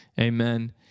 amen